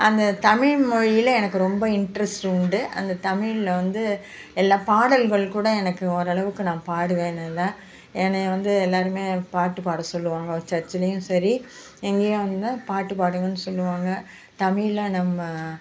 அந்த தமிழ்மொழியில் எனக்கு ரொம்ப இன்ட்ரெஸ்ட்டு உண்டு அந்த தமிழில் வந்து எல்லா பாடல்கள் கூட எனக்கு ஓரளவுக்கு நான் பாடுவேன் நல்லா என்னை வந்து எல்லாேருமே பாட்டு பாட சொல்லுவாங்க சர்ச்சுலேயும் சரி இங்கேயும் வந்து பாட்டு பாடுங்கன்னு சொல்லுவாங்க தமிழில் நம்ம